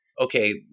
okay